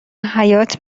حیات